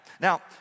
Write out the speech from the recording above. Now